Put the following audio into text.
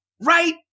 right